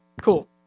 Cool